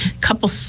couple